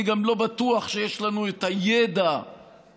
אני גם לא בטוח שיש לנו את הידע המשפטי,